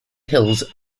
hills